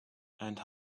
and